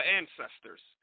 ancestors